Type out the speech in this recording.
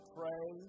pray